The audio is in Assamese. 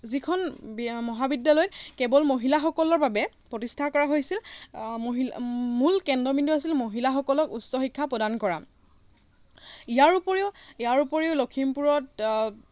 যিখন মহাবিদ্যালয়ত কেৱল মহিলাসকলৰ বাবে প্ৰতিষ্ঠা কৰা হৈছিল মহিলা মূল কেন্দ্ৰবিন্দু আছিল মহিলাসকলক উচ্চ শিক্ষা প্ৰদান কৰা ইয়াৰোপৰিও ইয়াৰোপৰিও লখিমপুৰত